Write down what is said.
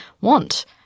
want